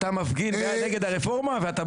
אתה מפגין נגד הרפורמה ואתה בא לפה?